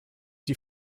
die